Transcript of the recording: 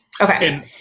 Okay